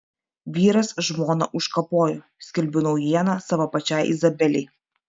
vyras žmoną užkapojo skelbiu naujieną savo pačiai izabelei